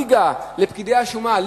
ליגה לפקידי השומה.